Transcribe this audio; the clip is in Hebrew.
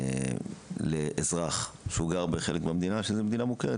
לאזרח שגר בחלק מדינה מוכר,